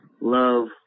love